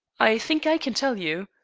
i think i can tell you.